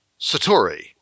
Satori